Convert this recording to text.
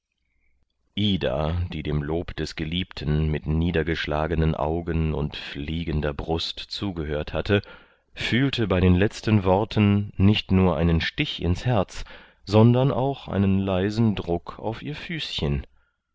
die dem lob des geliebten mit niedergeschlagenen augen und fliegender brust zugehört hatte fühlte bei den letzten worten nicht nur einen stich ins herz sondern auch einen leisen druck auf ihr füßchen